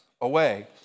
away